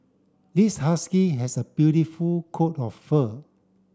this husky has a beautiful coat of fur